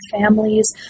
families